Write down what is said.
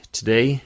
today